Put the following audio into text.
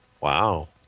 Wow